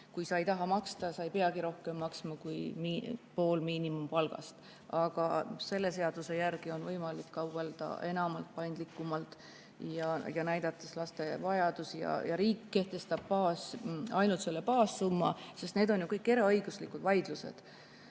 kui sa ei taha maksta, sa ei peagi rohkem maksma kui pool miinimumpalgast. Aga selle seaduse järgi on võimalik kaubelda enamat, paindlikumalt ja näidates laste vajadusi. Riik kehtestab ainult baassumma, sest need on ju kõik eraõiguslikud vaidlused.